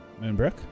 Moonbrook